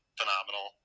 phenomenal